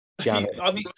Janet